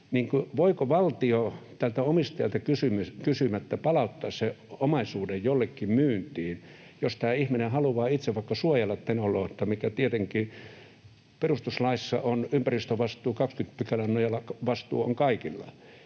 voiko valtio tältä omistajalta kysymättä palauttaa sen omaisuuden jollekin myyntiin, jos tämä ihminen haluaa itse vaikka suojella Tenon aluetta, kun tietenkin perustuslain 20 §:n nojalla ympäristövastuu on kaikilla.